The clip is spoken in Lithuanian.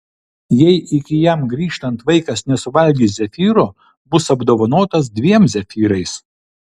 jei iki jam grįžtant vaikas nesuvalgys zefyro bus apdovanotas dviem zefyrais